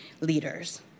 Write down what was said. leaders